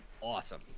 awesome